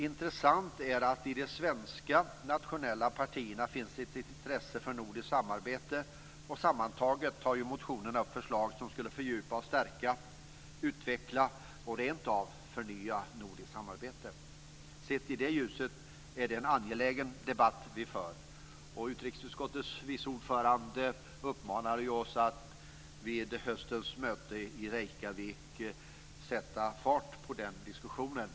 Intressant är att i de svenska nationella partierna finns ett intresse för nordiskt samarbete, och sammantaget tar ju motionerna upp förslag som skulle fördjupa och stärka, utveckla och rent av förnya nordiskt samarbete. Sett i det ljuset är det en angelägen debatt vi för. Utrikesutskottets vice ordförande uppmanade oss ju att vid höstens möte i Reykjavik sätta fart på den diskussionen.